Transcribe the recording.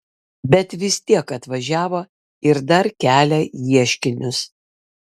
bet vis tiek atvažiavo ir dar kelia ieškinius